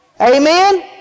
Amen